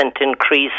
increase